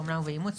באומנה ובאימוץ,